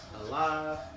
alive